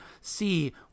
see